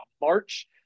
March